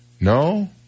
No